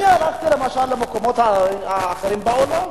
אני הלכתי, למשל, למקומות אחרים בעולם,